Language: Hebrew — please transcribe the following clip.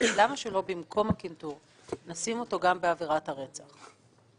למה שלא במקום הקנטור נשים אותו גם בעבירת הרצח?